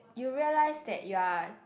you realize that you're